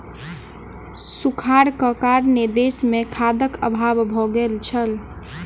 सूखाड़क कारणेँ देस मे खाद्यक अभाव भ गेल छल